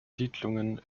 siedlungen